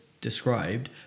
described